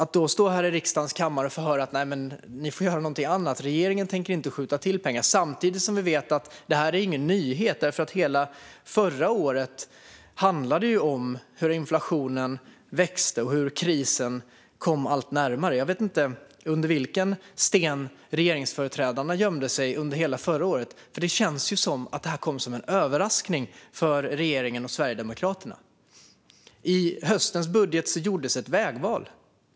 Då får vi här i riksdagens kammare höra att man får göra någonting annat. Regeringen tänker inte skjuta till pengar. Samtidigt vet vi att detta inte är någon nyhet. Hela förra året handlade nämligen om hur inflationen ökade och hur krisen kom allt närmare. Jag vet inte under vilken sten regeringsföreträdarna gömde sig under hela förra året, eftersom det känns som att detta kom som en överraskning för regeringen och för Sverigedemokraterna. I höstens budget gjordes ett vägval.